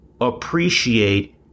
appreciate